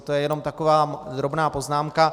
To je jenom taková drobná poznámka.